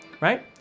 right